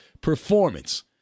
performance